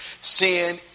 Sin